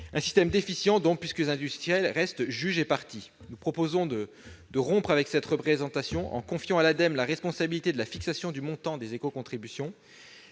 est donc déficient, puisque les industriels sont juge et partie. Nous proposons de rompre avec cette représentation en confiant à l'Ademe la responsabilité de la fixation du montant des éco-contributions.